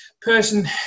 person